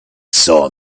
saw